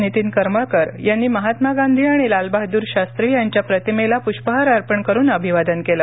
नितीन करमळकर यांनी महात्मा गांधी आणि लालबहादुर शास्त्री यांच्या प्रतिमेला पृष्पहार अर्पण करून अभिवादन केलं